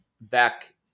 back